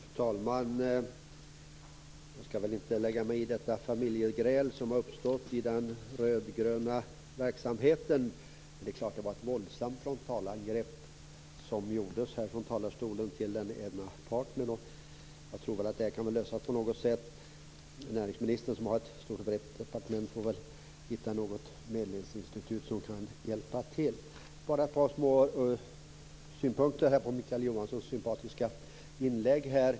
Fru talman! Jag ska väl inte lägga mig i det familjegräl som har uppstått i den rödgröna verksamheten. Men det är klart att det var ett våldsamt frontalangrepp som gjordes här från talarstolen på den ena parten. Jag tror nog att detta kan lösas på något sätt. Näringsministern som har ett stort och brett departement får väl hitta något medlingsinstitut som kan hjälpa till. Jag har ett par små synpunkter på Mikael Johanssons sympatiska inlägg.